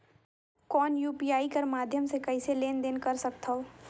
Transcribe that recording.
कौन यू.पी.आई कर माध्यम से कइसे लेन देन कर सकथव?